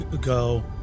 go